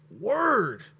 word